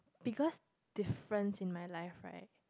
biggest difference in my life right